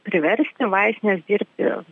priversti vaistines dirbti